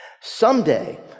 someday